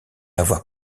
avoir